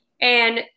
And-